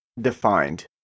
defined